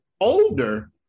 older